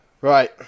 Right